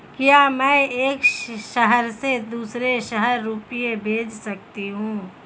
क्या मैं एक शहर से दूसरे शहर रुपये भेज सकती हूँ?